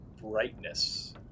brightness